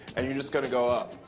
and you're just going to go up,